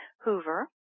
Hoover